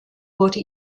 wurde